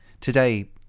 today